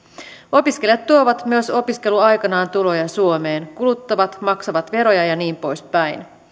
opiskelijat tuovat myös opiskeluaikanaan tuloja suomeen kuluttavat maksavat veroja ja niin poispäin